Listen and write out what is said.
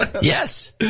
Yes